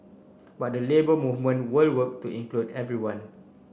but the Labour Movement will work to include everyone